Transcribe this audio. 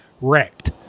wrecked